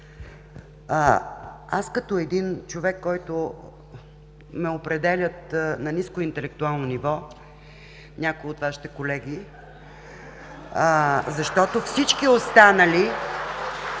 Аз като един човек, който ме определят на ниско интелектуално ниво някои от Вашите колеги (смях и ръкопляскания